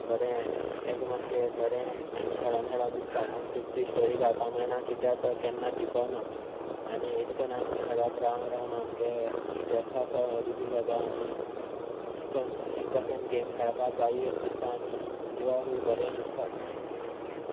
बरें ताका मातशें बरें आनी खेळून खेळून दिसता म्हणून ताका ती स्टोरी घालपाक मेळना कित्याक तो केन्नाच जिखुंना आनी अशे करून आमी खेळत रावन रावन आमचो स्ट्रेस आसा तो रिलीज जाता आनी अशे करून एक भशेन गेम खेळपाक जाय अशी दिसता आनी जिवाकूय बरें दिसता